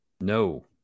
no